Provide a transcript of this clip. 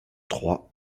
trois